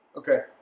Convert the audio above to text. Okay